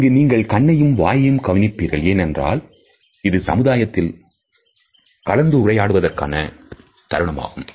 இங்கு நீங்கள் கண்ணையும் வாயையும் கவனிப்பீர்கள் ஏனென்றால் இது சமுதாயத்தில் கலந்துரையாடுவதற்கான நேரமாகும்